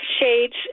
shades